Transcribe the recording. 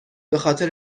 بخاطر